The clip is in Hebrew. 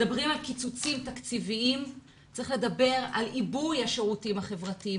מדברים על קיצוצים תקציביים אבל צריך לדבר על עיבוי השירותים החברתיים.